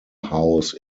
house